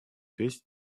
весь